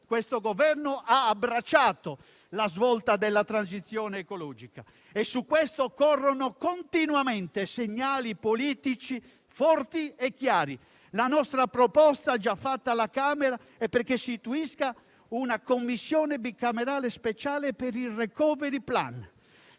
questo Governo ha abbracciato la svolta della transizione ecologica e su questo corrono continuamente segnali politici forti e chiari. La nostra proposta, già fatta alla Camera, è che si istituisca una Commissione bicamerale speciale per il *recovery plan*,